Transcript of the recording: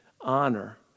honor